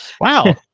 Wow